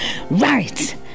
Right